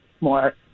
more